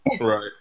Right